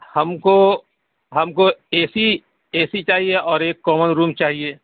ہم کو ہم کو اے سی اے سی چاہیے اور ایک کامن روم چاہیے